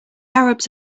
arabs